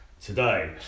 today